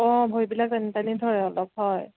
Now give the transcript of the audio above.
অঁ ভৰিবিলাক টানি টানি ধৰে অলপ হয়